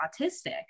autistic